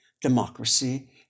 democracy